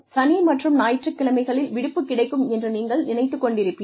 சனி மற்றும் ஞாயிற்றுக்கிழமைகளில் விடுப்பு கிடைக்கும் என்று நீங்கள் நினைத்துக் கொண்டிருப்பீர்கள்